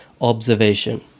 observation